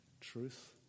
truth